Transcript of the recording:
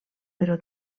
però